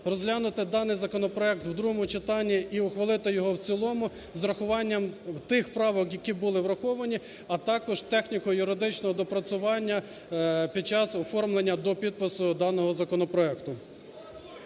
розглянути даний законопроект в другому читанні і ухвалити його в цілому, з урахуванням тих правок, які були враховані, а також техніко-юридичним доопрацюванням під час оформлення до підпису даного законопроекту.